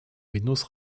windows